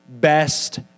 best